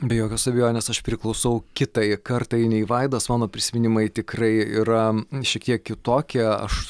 be jokios abejonės aš priklausau kitai kartai nei vaidas mano prisiminimai tikrai yra šiek tiek kitokie aš